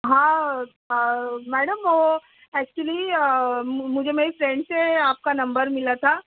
ہاں آ میڈم وہ ایکچولی مجھے میری فیرنڈ سے آپ کا نمبر ملا تھا